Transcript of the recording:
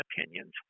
opinions